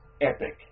epic